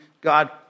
God